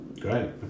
Great